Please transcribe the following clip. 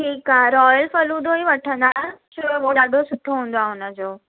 ठीकु आहे रॉयल फलूदो ई वठंदासि छो उहो ॾाढो सुठो हूंदो आहे हुनजो